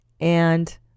And-